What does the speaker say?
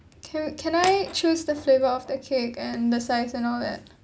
can can I choose the flavor of the cake and the size and all that